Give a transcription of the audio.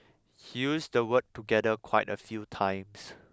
he used the word 'together' quite a few times